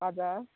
हजुर